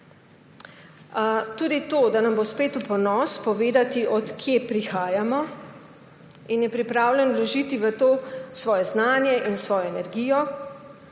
Tudi to, da nam bo spet v ponos povedati, od kje prihajamo, in je pripravljen vložiti v to svoje znanje in svojo energijo,